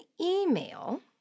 email